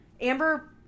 Amber